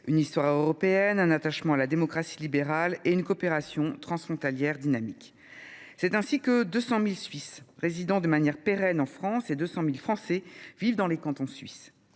une histoire européenne, un attachement à la démocratie libérale et une coopération transfrontalière dynamique. C’est ainsi que 200 000 Suisses résident de manière pérenne en France et que 200 000 Français vivent dans les cantons suisses.